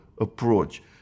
approach